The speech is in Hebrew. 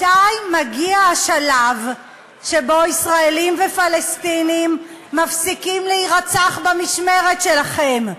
מתי מגיע השלב שבו ישראלים ופלסטינים מפסיקים להירצח במשמרת שלכם?